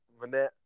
Vanette